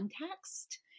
context